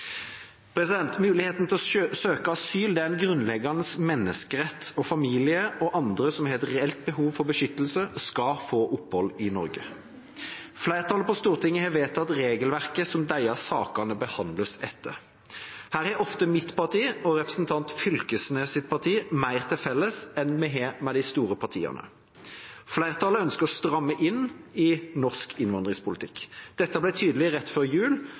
Muligheten til å søke asyl er en grunnleggende menneskerett, og familier og andre som har et reelt behov for beskyttelse, skal få opphold i Norge. Flertallet på Stortinget har vedtatt regelverket som disse sakene behandles etter. Her har ofte mitt parti og representanten Knag Fylkesnes’ parti mer til felles enn vi har med de store partiene. Flertallet ønsker å stramme inn i norsk innvandringspolitikk. Dette ble tydelig rett før jul,